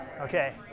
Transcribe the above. okay